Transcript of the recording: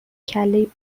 کلهی